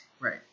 right